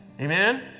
Amen